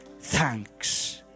thanks